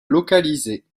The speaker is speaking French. localiser